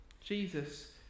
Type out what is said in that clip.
Jesus